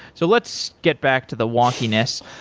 so let's get back to the wonkiness.